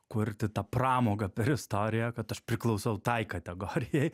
kurti tą pramogą per istoriją kad aš priklausau tai kategorijai